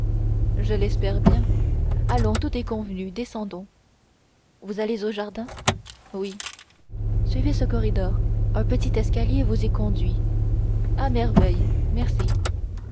je l'espère bien allons tout est convenu descendons vous allez au jardin oui suivez ce corridor un petit escalier vous y conduit à merveille merci